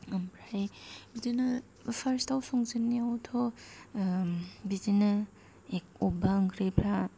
ओमफ्राय बिदिनो फार्स्ताव संजेन्नायावथ' बिदिनो अबेबा ओंख्रिफ्रा